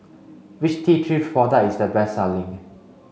which T three product is the best selling